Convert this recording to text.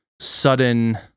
sudden